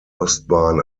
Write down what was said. ostbahn